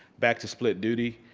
back to split duty,